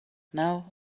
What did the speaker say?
now